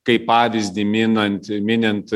kaip pavyzdį minant minint